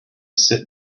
sit